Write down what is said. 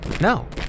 No